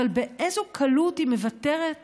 אבל באיזו קלות היא מוותרת